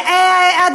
מה הרשעות הזאת?